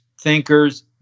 thinkers